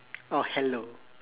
or hello